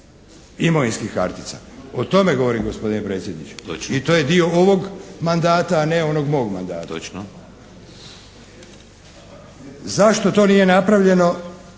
imovinskih kartica. O tome govorim gospodine predsjedniče i to je dio ovog mandata, a ne onog mog mandata. **Šeks, Vladimir